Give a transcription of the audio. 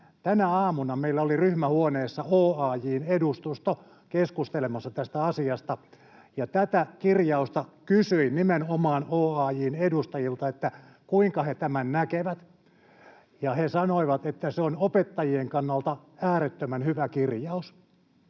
tänä aamuna meillä oli ryhmähuoneessa OAJ:n edustusto keskustelemassa tästä asiasta, ja tästä kirjauksesta kysyin nimenomaan OAJ:n edustajilta, kuinka he tämän näkevät. He sanoivat, että se on opettajien kannalta äärettömän hyvä kirjaus.